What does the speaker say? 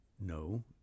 No